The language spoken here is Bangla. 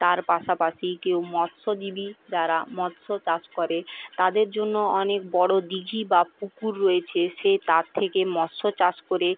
তার পাশাপাশি কেউ মৎস্যজীবী যারা মৎস্য চাষ করে তাদের জন্য অনেক বড় দিঘি বা পুকুর রয়েছে সে তার থেকে মৎস্য চাষ করে